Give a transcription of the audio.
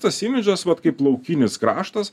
tas imidžas vat kaip laukinis kraštas